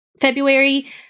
February